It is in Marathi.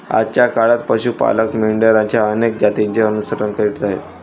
आजच्या काळात पशु पालक मेंढरांच्या अनेक जातींचे अनुसरण करीत आहेत